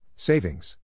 Savings